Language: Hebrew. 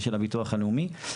של הביטוח הלאומי.